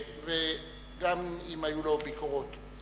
גם אם היו לו ביקורות.